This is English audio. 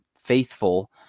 faithful